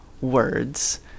words